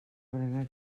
berenar